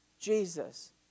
Jesus